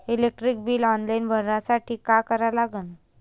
Electric bill online भरासाठी का करा लागन?